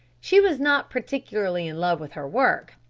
she was not particularly in love with her work,